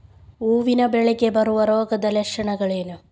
ಹೂವಿನ ಬೆಳೆಗೆ ಬರುವ ರೋಗದ ಲಕ್ಷಣಗಳೇನು?